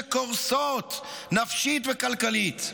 שקורסות נפשית וכלכלית.